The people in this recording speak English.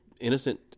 Innocent